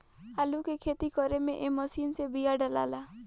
आलू के खेती करे में ए मशीन से बिया डालाला